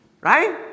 Right